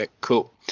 Cool